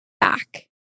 back